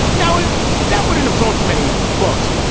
now, ah that wouldn't have sold as many books,